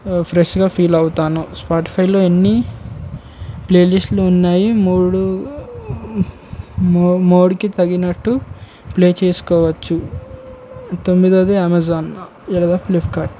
ఫ్రెష్గా ఫీల్ అవుతాను స్పాటిఫైలో ఎన్ని ప్లేలిస్టులు ఉన్నాయి మూడు మో మూడ్కి తగినట్టు ప్లే చేసుకోవచ్చు తొమ్మిదవది అమెజాన్ లేదా ఫ్లిప్కార్ట్